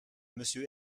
monsieur